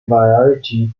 variety